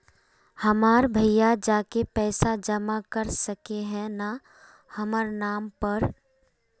हमर भैया जाके पैसा जमा कर सके है न हमर नाम पर?